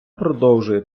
продовжує